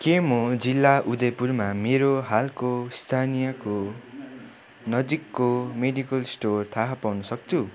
के म जिल्ला उदयपुरमा मेरो हालको स्थानीयको नजिकको मेडिकल स्टोर थाहा पाउन सक्छु